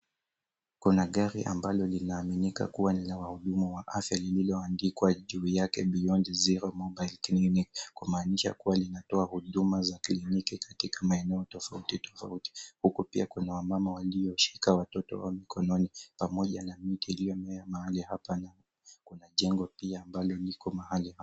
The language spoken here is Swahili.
Kuna gari ambalo linaaminika kuwa ni ya wahudumu wa afya lililoandikwa juu yake, beyond zero mobile clinic, kumaanisha kuwa linatoa huduma za kliniki katika maeneo tofauti tofauti huku pia kuna wamama walioshika watoto wao mikononi pamoja na miti iliyomea mahali hapa. Kuna jengo pia ambalo liko mahali hapa.